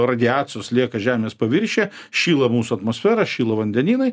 radiacijos lieka žemės paviršiuje šyla mūsų atmosfera šyla vandenynai